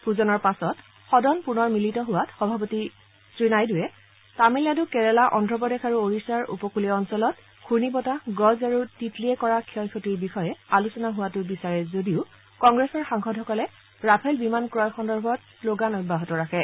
ভোজনৰ পিছত সদন পুনৰ মিলিত হোৱাত সভাপতি শ্ৰীনাইডুৱে তামিলনাডু কেৰালা অন্ধপ্ৰদেশ আৰু ওড়িশাৰ উপকূলীয় অঞ্চলত ঘূৰ্ণীবতাহ গজ আৰু টিটলীয়ে কৰা ক্ষয় ক্ষতিৰ বিষয়ে আলোচনা হোৱাটো বিচাৰে যদিও কংগ্ৰেছৰ সাংসদসকলে ৰাফেল বিমান ক্ৰয় সন্দৰ্ভত শ্লগান অব্যাহত ৰাখে